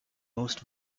most